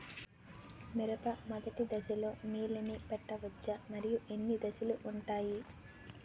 మిరప మొదటి దశలో నీళ్ళని పెట్టవచ్చా? మరియు ఎన్ని దశలు ఉంటాయి?